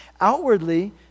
Outwardly